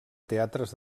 teatres